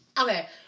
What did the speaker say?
okay